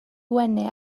wenu